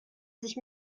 sich